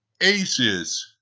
aces